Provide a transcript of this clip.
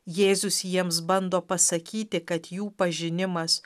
jėzus jiems bando pasakyti kad jų pažinimas